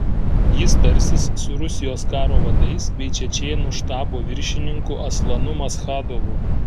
jis tarsis su rusijos karo vadais bei čečėnų štabo viršininku aslanu maschadovu